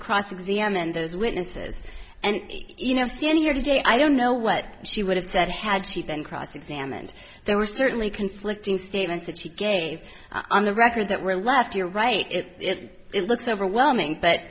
cross examined those witnesses and you know stand here today i don't know what she would have said had she been cross examined there were certainly conflicting statements that she gave on the record that were left you're right it looks overwhelming but